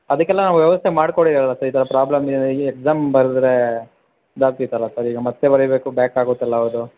ಅದಕ್ಕೆಲ್ಲ ನಾವು ವ್ಯವಸ್ಥೆ ಮಾಡಿಕೊಳ್ಳಿ ಅಲ್ಲ ಸರ್ ಈ ಥರ ಪ್ರಾಬ್ಲಮ್ ಇದೆ ಈ ಎಕ್ಸಾಮ್ ಬರೆದರೆ ಇದಾಗ್ತಿತ್ತಲ್ಲ ಸರ್ ಈಗ ಮತ್ತೆ ಬರಿಬೇಕು ಬ್ಯಾಕ್ ಆಗುತ್ತಲ್ಲ ಅವರದು